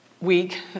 week